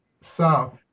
South